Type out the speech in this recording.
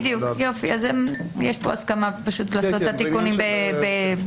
יש פה הסכמה פשוט לעשות את התיקונים בהתאם.